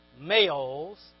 Males